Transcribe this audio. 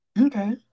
Okay